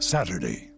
Saturday